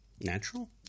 Natural